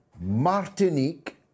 Martinique